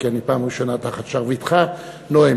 כי אני פעם ראשונה תחת שרביטך נואם.